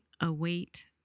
await